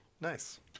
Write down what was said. Nice